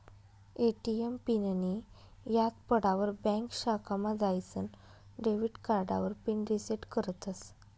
ATM पिननीं याद पडावर ब्यांक शाखामा जाईसन डेबिट कार्डावर पिन रिसेट करतस